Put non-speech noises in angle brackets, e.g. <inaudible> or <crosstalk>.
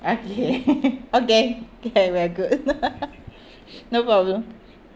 okay <laughs> okay okay we're good <laughs> <breath> no problem